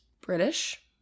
British